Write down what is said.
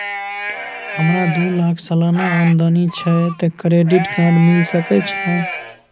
हमरा दू लाख सालाना आमदनी छै त क्रेडिट कार्ड मिल सके छै?